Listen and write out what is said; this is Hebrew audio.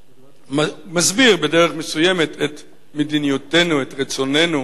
מסביר בדרך מסוימת את מדיניותנו, את רצוננו.